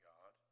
God